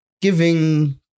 giving